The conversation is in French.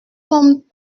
sommes